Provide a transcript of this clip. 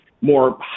more